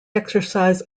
exercise